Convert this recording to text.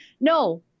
No